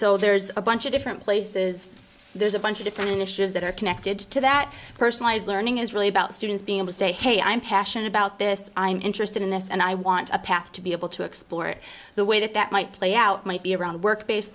so there's a bunch of different places there's a bunch of different initiatives that are connected to that personalized learning is really about students being able to say hey i'm passionate about this i'm interested in this and i want a path to be able to explore the way that that might play out might be around work based